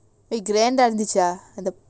grant ah இருந்துச்சா:irunthucha